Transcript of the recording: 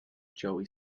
joey